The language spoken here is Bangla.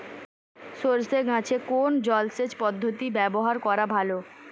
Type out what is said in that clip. সরষে গাছে কোন জলসেচ পদ্ধতি ব্যবহার করা ভালো?